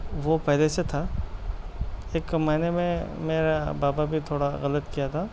وہ پہلے سے تھا اک معنے میں میرا بابا بھی تھوڑا غلط کیا تھا